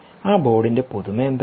ആ ബോർഡിന്റെ പുതുമ എന്താണ്